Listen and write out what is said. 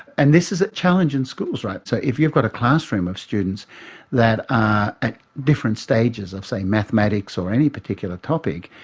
and this is a challenge in schools. so if you've got a classroom of students that are at different stages of say mathematics or any particular topic,